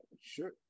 sure